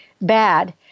bad